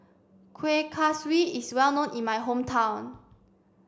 Kueh Kaswi is well known in my hometown